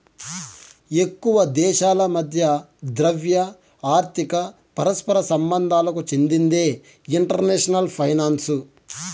ఎక్కువ దేశాల మధ్య ద్రవ్య, ఆర్థిక పరస్పర సంబంధాలకు చెందిందే ఇంటర్నేషనల్ ఫైనాన్సు